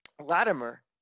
Latimer